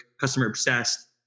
customer-obsessed